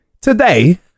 today